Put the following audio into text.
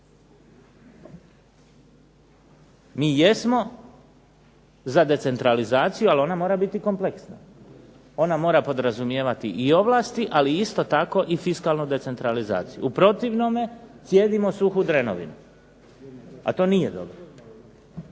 Mi jesmo za decentralizaciju, ali ona mora biti kompleksna. Ona mora podrazumijevati i ovlasti ali isto tako i fiskalnu decentralizaciju. U protivnome cijedimo suhu drenovinu, a to nije dobro.